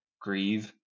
grieve